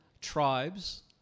tribes